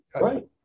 Right